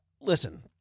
Listen